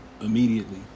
immediately